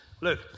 Look